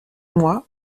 moi